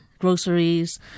Groceries